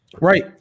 Right